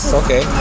okay